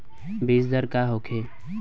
बीजदर का होखे?